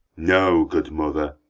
know, good mother,